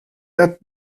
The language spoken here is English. that